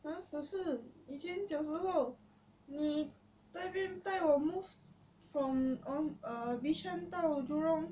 !huh! 可是以前小时候你在那边带我 move from bishan 到 jurong